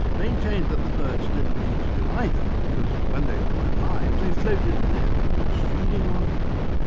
maintained that the birds didn't need to do either because when they were alive they floated in the heavens feeding on dew.